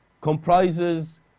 comprises